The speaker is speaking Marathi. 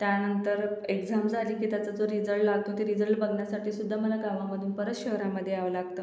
त्यानंतर एक्झाम झाली की त्याचा जो रिजल्ट लागतो ते रिजल्ट बघण्यासाठी सुद्धा मला गावामधून परत शहरामध्ये यावं लागतं